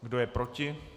Kdo je proti?